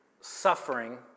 suffering